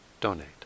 donate